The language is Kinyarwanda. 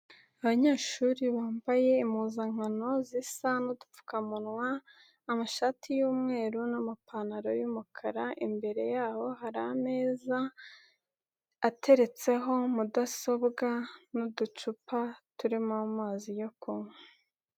Abanyeshuri bambaye impuzankano zisa n'udupfukamunwa, amashati y'mweru n'amapantaro y'mukara, imbere yaho hari ameza ateretseho mudasobwa n'uducupa turimo amazi yo kunywa.